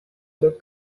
the